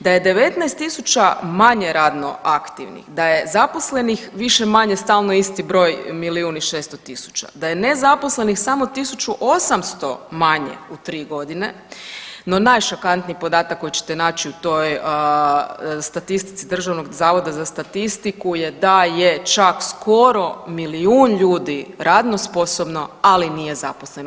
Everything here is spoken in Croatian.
Da je 19.000 manje radno aktivnih da je zaposlenih više-manje stalno isti broj milijun i 600 tisuća, da je nezaposlenih samo 1.800 manje u 3 godine, no najšokantniji podatak koji ćete naći u toj statistici Državnog zavoda za statistiku je da je čak skoro milijun ljudi radno sposobno, ali nije zaposleno.